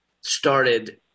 started